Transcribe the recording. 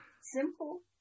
simple